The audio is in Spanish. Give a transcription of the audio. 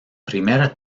primera